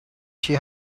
she